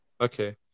Okay